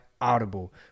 audible